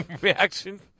reaction